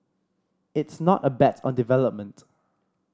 it's not a bet on development